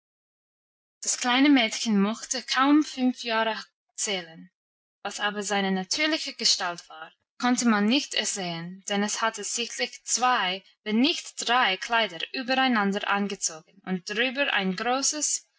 das kleine mädchen mochte kaum fünf jahre zählen was aber seine natürliche gestalt war konnte man nicht ersehen denn es hatte sichtlich zwei wenn nicht drei kleider übereinander angezogen und drüberhin ein großes